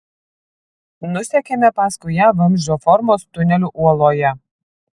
nusekėme paskui ją vamzdžio formos tuneliu uoloje